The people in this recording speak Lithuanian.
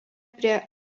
prie